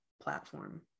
platform